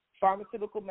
pharmaceutical